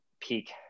peak